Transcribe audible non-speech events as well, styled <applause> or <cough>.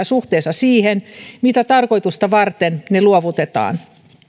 <unintelligible> suhteessa siihen mitä tarkoitusta varten ne luovutetaan